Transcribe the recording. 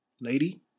lady